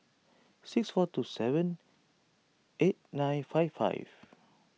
six four two seven eight nine five five